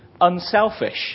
unselfish